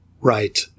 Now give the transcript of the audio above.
Right